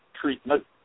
treatment